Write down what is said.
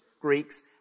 Greeks